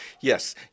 Yes